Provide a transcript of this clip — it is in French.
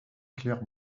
claire